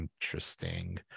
interesting